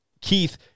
Keith